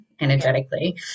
energetically